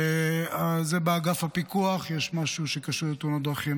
לזה באגף הפיקוח יש משהו שקשור לתאונות דרכים,